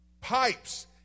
pipes